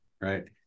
right